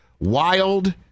wild